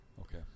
Okay